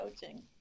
Coaching